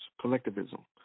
collectivism